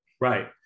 Right